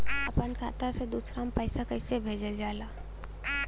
अपना खाता से दूसरा में पैसा कईसे भेजल जाला?